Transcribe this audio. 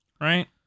right